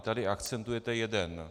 Vy tady akcentujete jeden.